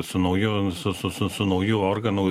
su nauju su su su nauju organu